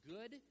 Good